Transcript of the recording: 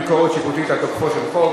ביקורת שיפוטית על תוקפו של חוק).